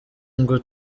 ngo